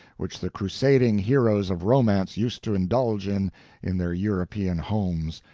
which the crusading heroes of romance used to indulge in in their european homes,